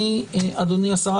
אדוני השר,